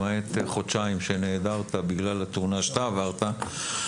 למעט חודשיים שנעדרת בגלל התאונה שאתה עברת,